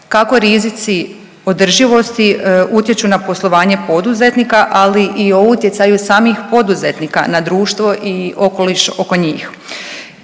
kako rizici održivosti utječu na poslovanje poduzetnika, ali i o utjecaju samih poduzetnika na društvo i okoliš